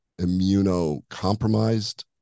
immunocompromised